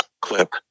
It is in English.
clip